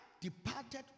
departed